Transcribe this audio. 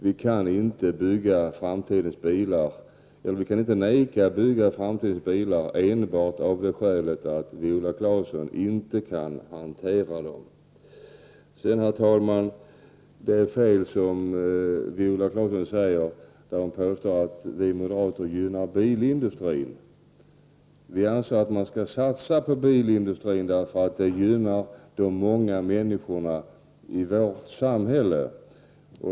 Vi kan inte vägra att bygga framtidens bilar enbart av det skälet att Viola Claesson alltså inte kan hantera dem. Herr talman! Viola Claesson påstår att vi moderater gynnar bilindustrin. Det är fel. Vi anser att man skall satsa på bilindustrin, därför att det gynnar de många människorna i vårt samhälle.